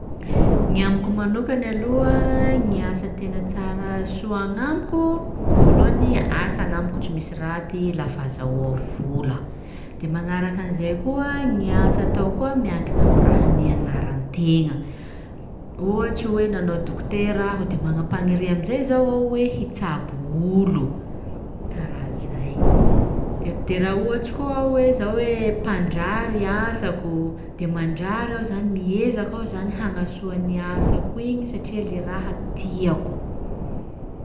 Ny amiko manokany aloha gny asa tena tsara soa agn'amiko: voalohany, asa agn'amiko tsy misy raty lafa azahoa vola, de magnaraka an'izay koa ny asa atao koa miankina amin'ny raha nianaran-tegna, ohatsy hoe nanao dokotera aho de magnam-paniria am'izay zao aho hoe hitsabo olo, karaha zay; de raha ohatsy koa aho hoe zao hoe mpandrary asako de mandrary aho zany, miezaka aho zany hagnasoa ny asako igny satria le raha tiako.